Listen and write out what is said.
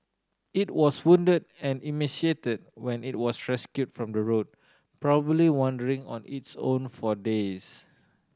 it was wounded and emaciated when it was rescued from the road probably wandering on its own for days